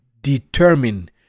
determine